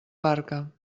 barca